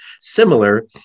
similar